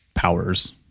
powers